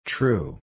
True